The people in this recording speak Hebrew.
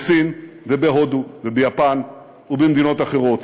בסין ובהודו וביפן ובמדינות אחרות.